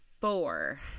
four